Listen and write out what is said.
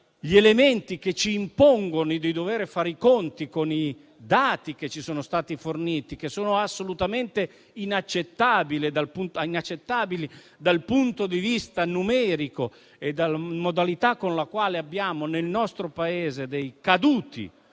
gli elementi che ci impongono di fare i conti con i dati che ci sono stati forniti, che sono assolutamente inaccettabili dal punto di vista numerico e della modalità con la quale nel nostro Paese abbiamo dei caduti